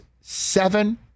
seven